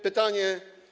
Pytanie.